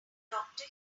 doctor